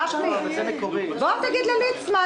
לכן אנחנו עוברים לרב-קו.